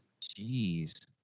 Jeez